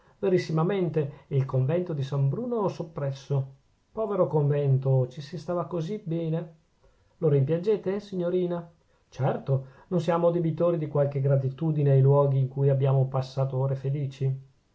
e il convento di san bruno soppresso povero convento ci si stava così bene lo rimpiangete signorina certo non siamo debitori di qualche gratitudine ai luoghi in cui abbiamo passato ore felici